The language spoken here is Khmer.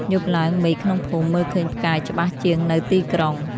យប់ឡើង មេឃក្នុងភូមិមើលឃើញផ្កាយច្បាស់ជាងនៅទីក្រុង។